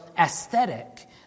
aesthetic